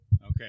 Okay